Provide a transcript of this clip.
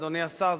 אדוני השר,